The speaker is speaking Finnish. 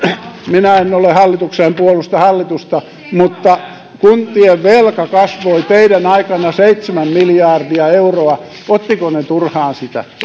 minä en ole hallituksessa en puolusta hallitusta kuntien velka kasvoi teidän aikananne seitsemän miljardia euroa ottivatko ne turhaan sitä